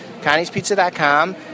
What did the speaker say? Connie'sPizza.com